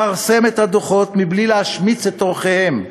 פרסם את הדוחות בלי להשמיץ את עורכיהם.